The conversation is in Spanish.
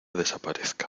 desaparezca